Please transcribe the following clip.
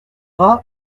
viendra